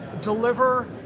deliver